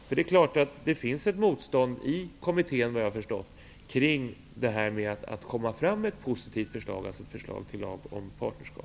Vad jag har förstått, finns det ett motstånd i kommittén mot att komma fram med ett positivt förslag, alltså ett förslag till lag om partnerskap.